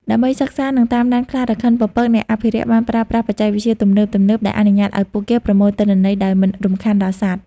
ដើម្បីសិក្សា និងតាមដានខ្លារខិនពពក អ្នកអភិរក្សបានប្រើប្រាស់ បច្ចេកវិទ្យាទំនើបៗ ដែលអនុញ្ញាតឲ្យពួកគេប្រមូលទិន្នន័យដោយមិនរំខានដល់សត្វ។